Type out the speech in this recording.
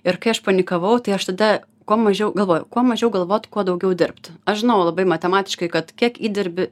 ir kai aš panikavau tai aš tada kuo mažiau galvojau kuo mažiau galvot kuo daugiau dirbt aš žinojau labai matematiškai kad kiek įdirbi